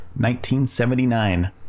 1979